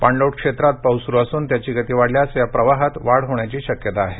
पाणलोट क्षेत्रात पाऊस सूरू असून त्याची गती वाढल्यास या प्रवाहात वाढ होण्याची शक्यता आहे